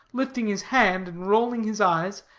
lifting his hand, and rolling his eyes,